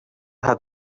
have